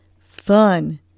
Fun